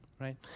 right